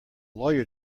lawyer